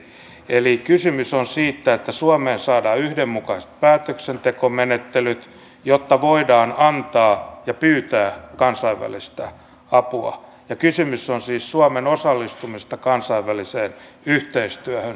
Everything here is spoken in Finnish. eli kysymys on siitä että suomeen saadaan yhdenmukaiset päätöksentekomenettelyt jotta voidaan antaa ja pyytää kansainvälistä apua ja kysymys on siis suomen osallistumisesta kansainväliseen yhteistyöhön